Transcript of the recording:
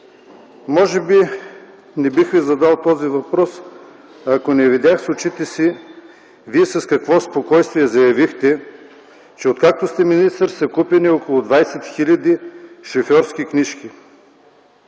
може би не бих Ви задал този въпрос, ако не видях с очите си Вие с какво спокойствие заявихте, че откакто сте министър са купени около 20 хил. шофьорски книжки